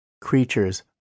Creatures